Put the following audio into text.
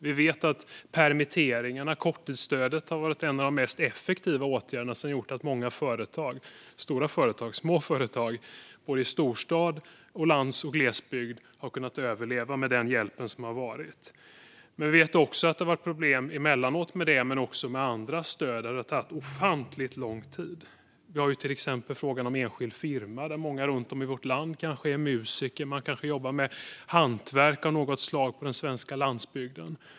Vi vet att permitteringarna, korttidsstödet, har varit en av de mest effektiva åtgärderna och gjort att många företag - stora företag och små företag, både i storstad och på lands och glesbygd - har kunnat överleva. Emellanåt har det dock varit problem med att det och andra stöd har tagit ofantligt lång tid att få. Det gäller till exempel många med enskild firma; man kanske är musiker eller jobbar med hantverk av något slag på den svenska landsbygden.